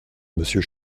monsieur